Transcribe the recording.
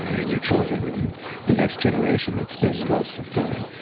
and your children, and the next generation that's been the most fulfilling,